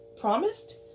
promised